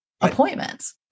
appointments